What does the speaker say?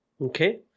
Okay